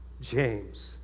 James